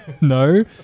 No